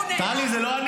הוא פנה אליי.